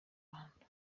rwanda